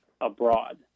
abroad